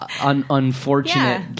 unfortunate—